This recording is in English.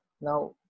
Now